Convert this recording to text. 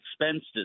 expenses